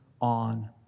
on